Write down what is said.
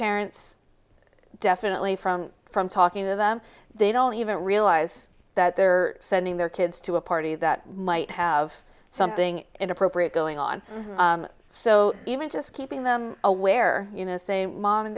parents definitely from from talking to them they don't even realize that they're sending their kids to a party that might have something inappropriate going on so even just keeping them aware you know say mom and